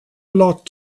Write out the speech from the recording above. lot